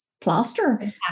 plaster